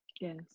yes